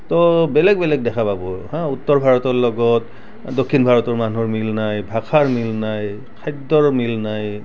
তো বেলেগ বেলেগ দেখা পাব উত্তৰ ভাৰতৰ লগত দক্ষিণ ভাৰতৰ মানুহৰ মিল নাই ভাষাৰ মিল নাই খাদ্যৰ মিল নাই